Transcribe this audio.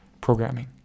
programming